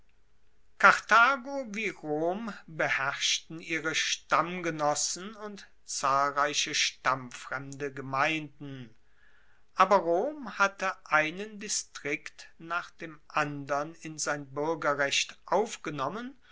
karthago wie rom beherrschten ihre stammgenossen und zahlreiche stammfremde gemeinden aber rom hatte einen distrikt nach dem andern in sein buergerrecht aufgenommen